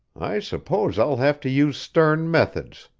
i suppose i'll have to use stern methods,